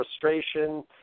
frustration